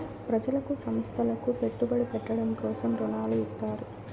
ప్రజలకు సంస్థలకు పెట్టుబడి పెట్టడం కోసం రుణాలు ఇత్తారు